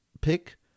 pick